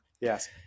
Yes